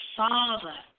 father